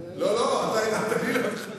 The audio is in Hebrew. אתה הרמת לי להנחתה.